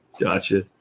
Gotcha